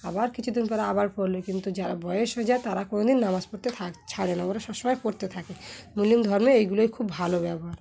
আবার কিছুদিন পরে আবার পড়ল কিন্তু যারা বয়স হয়ে যায় তারা কোনো দিন নামাজ পড়তে থাক ছাড়ে না ওরা সবসময় পড়তে থাকে মুসলিম ধর্মে এইগুলোই খুব ভালো ব্যবহার